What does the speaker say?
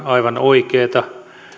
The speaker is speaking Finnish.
aivan oikeita